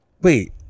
Wait